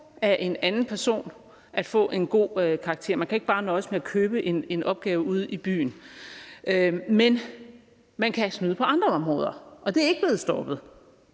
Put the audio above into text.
fra en anden person for at få en god karakter – man kan ikke bare nøjes med at købe en opgave ude i byen. Men man kan snyde på andre områder, og det er ikke blevet stoppet.